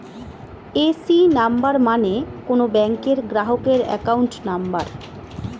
AC number মানে কোন ব্যাংকের গ্রাহকের অ্যাকাউন্ট নম্বর